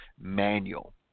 manual